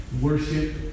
worship